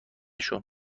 شون